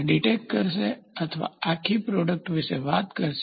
આ ડિક્ટેટ કરશે અથવા આખી પ્રોડક્ટ વિશે વાત કરશે